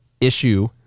issue